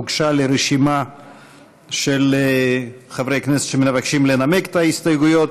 הוגשה לי רשימה של חברי כנסת שמבקשים לנמק את ההסתייגויות.